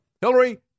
Hillary